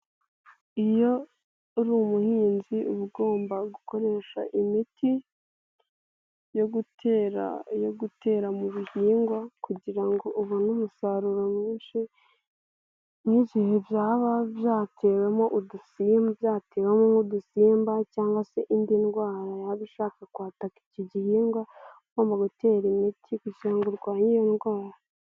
Iyo uri umuhinzi uba ugomba gukoresha imiti yo gutera yo gutera mu bihingwa, kugira ngo ubone umusaruro mwinshi n'igihe byaba byatewemo udusimba cyangwa se indi ndwara yaba ishaka kwataka iki gihingwa, nko mu gutera imiti, kugira ngo urwanye iyo ndwara.